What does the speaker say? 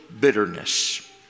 bitterness